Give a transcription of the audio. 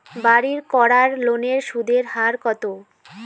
বাড়ির করার লোনের সুদের হার কত?